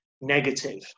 negative